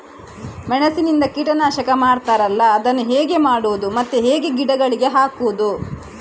ಮೆಣಸಿನಿಂದ ಕೀಟನಾಶಕ ಮಾಡ್ತಾರಲ್ಲ, ಅದನ್ನು ಹೇಗೆ ಮಾಡಬಹುದು ಮತ್ತೆ ಹೇಗೆ ಗಿಡಗಳಿಗೆ ಹಾಕುವುದು?